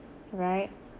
right